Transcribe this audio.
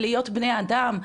להיות בני אדם.